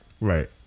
Right